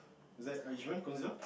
that enrichment